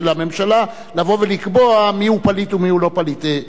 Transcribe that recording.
הממשלה לבוא ולקבוע מיהו פליט ומיהו לא פליט.